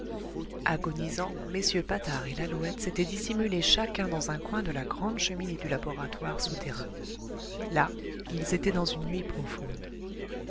agonisants mm patard et lalouette s'étaient dissimulés chacun dans un coin de la grande cheminée du laboratoire souterrain là ils étaient dans une nuit profonde